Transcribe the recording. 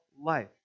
life